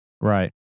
Right